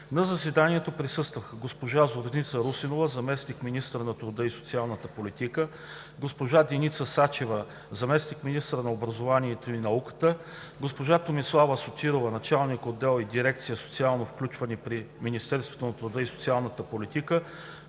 На заседанието присъстваха госпожа Зорница Русинова – заместник-министър на труда и социалната политика, госпожа Деница Сачева – заместник-министър на образованието и науката, госпожа Тонислава Сотирова – началник отдел в дирекция „Социално включване“ при Министерството на труда и социалната политика,